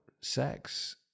sex